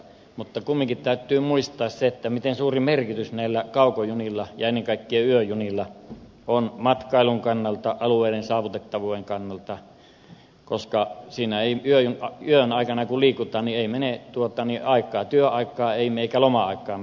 mutta kumminkin täytyy muistaa se miten suuri merkitys näillä kaukojunilla ja ennen kaikkea yöjunilla on matkailun kannalta alueiden saavutettavuuden kannalta koska siinä yön aikana kun liikutaan ei mene aikaa työaikaa eikä loma aikaa hukkaan